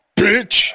bitch